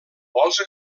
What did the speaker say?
vols